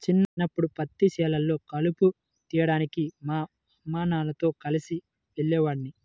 చిన్నప్పడు పత్తి చేలల్లో కలుపు తీయడానికి మా అమ్మానాన్నలతో కలిసి వెళ్ళేవాడిని